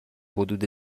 حدود